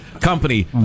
company